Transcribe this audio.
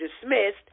dismissed